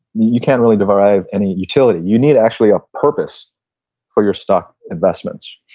you can't really derive any utility. you need actually a purpose for your stock investments.